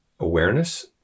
awareness